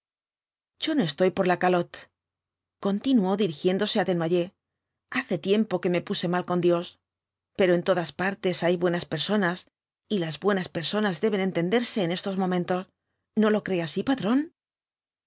yo no estoy por la calotte continuó dirigiéndose á desnoyers hace tiempo que me puse mal con dios pero en todas partes hay buenas personas y las buenas personas deben entenderse en estos momentos no lo cree así patrón la